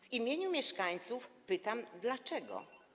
W imieniu mieszkańców pytam: Dlaczego?